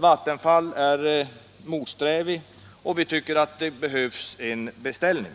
Vattenfall är motsträvigt, och vi tycker att det behövs en klar beställning.